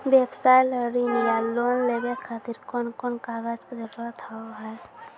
व्यवसाय ला ऋण या लोन लेवे खातिर कौन कौन कागज के जरूरत हाव हाय?